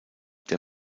der